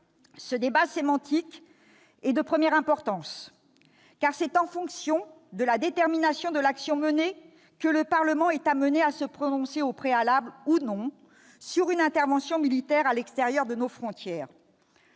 ce débat sémantique est de première importance, car c'est en fonction de la nature de l'action menée que le Parlement est amené, ou non, à se prononcer au préalable sur une intervention militaire à l'extérieur de nos frontières.